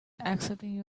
accepting